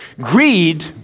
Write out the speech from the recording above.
Greed